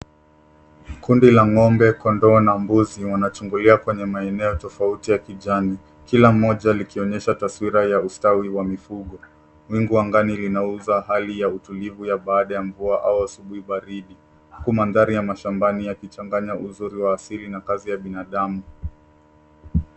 Kundi la ngombe, kondoo na mbuzi wanachungulia kuenda maeneo tofauti ya kijani. Kila mmoja likionyesha taswira ya ustawi wa mifugo. Wingu angani linauza hali ya utulivu ya baada ya mvua au asubuhi baridi huku mandhari ya mashambani yakichanganya uzuri wa asili na kazi ya binadamu.